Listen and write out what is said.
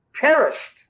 perished